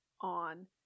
on